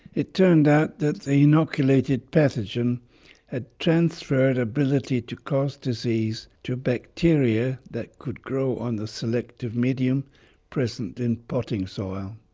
it turned out that the inoculated pathogen had transferred ability to cause disease to bacteria that could grow on the selective medium present in potting soil.